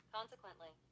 Consequently